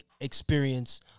experience